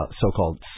so-called